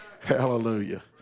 Hallelujah